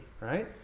right